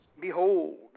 Behold